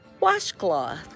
washcloth